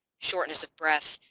shortness of breath,